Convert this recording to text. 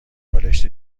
بالشت